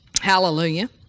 Hallelujah